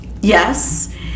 yes